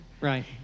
Right